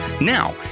Now